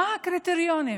מה הקריטריונים,